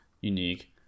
unique